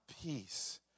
peace